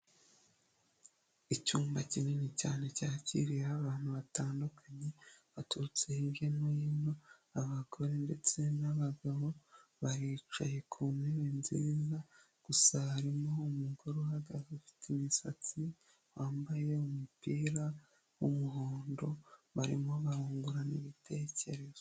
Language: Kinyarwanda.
Icyumba kinini cyane cyakiriwe ho abantu batandukanye baturutse hirya no hino abagore, ndetse n'abagabo baricaye ku ntebe nziza gusa harimo umugore uhagaze ufite imisatsi wambaye umupira w'umuhondo barimo barungurana ibitekerezo.